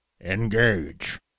engage